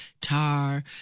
tar